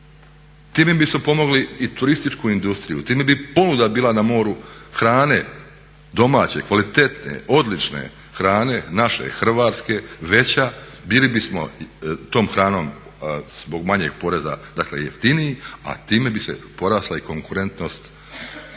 Time bismo pomogli i turističku industriju, time bi ponuda bila na moru hrane domaće kvalitetne, odlične hrane, naše hrvatske veća, bili bismo tom hranom zbog manjeg poreza dakle jeftiniji, a time bi porasla i konkurentnost hrvatske